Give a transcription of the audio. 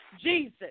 Jesus